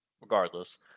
Regardless